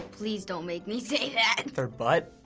please don't make me say that. their butt?